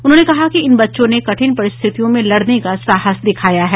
उन्होंने कहा कि इन बच्चों ने कठिन परिस्थितियों में लड़ने का साहस दिखाया है